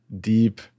deep